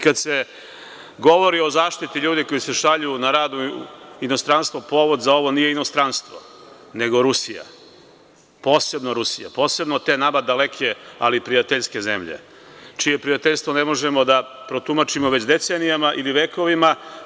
Kada se govori o zaštiti ljudi koji se šalju na rad u inostranstvo, povod za ovo nije inostranstvo, nego Rusija, posebno Rusija, posebno te nama daleke, ali prijateljske zemlje, čije prijateljstvo ne možemo da protumačimo već decenijama ili vekovima.